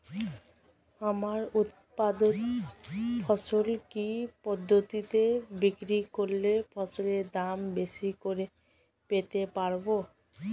আমার উৎপাদিত ফসল কি পদ্ধতিতে বিক্রি করলে ফসলের দাম বেশি করে পেতে পারবো?